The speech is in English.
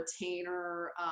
retainer